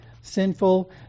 sinful